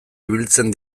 ibiltzen